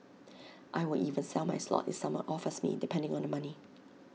I will even sell my slot if someone offers me depending on the money